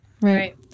right